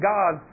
God